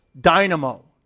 dynamo